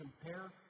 compare